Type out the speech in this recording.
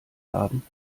haben